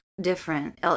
different